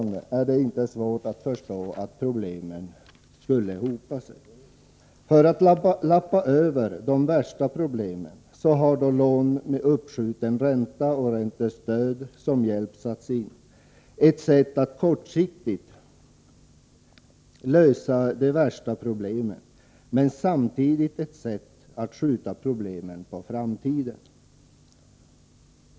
Det är inte svårt att förstå att problemen skulle komma att hopa sig under sådana förhållanden. För att lappa över de värsta problemen har man satt in lån med uppskjuten ränta och räntestöd, ett sätt att kortsiktigt lösa de värsta problemen men samtidigt att skjuta problemen på framtiden.